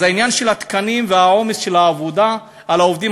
אז העניין של התקנים ועומס העבודה על העובדים